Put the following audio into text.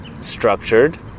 structured